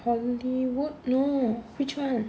hollywood no which [one]